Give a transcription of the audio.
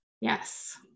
yes